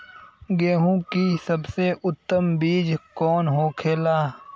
गेहूँ की सबसे उत्तम बीज कौन होखेला?